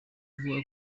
avuga